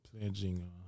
pledging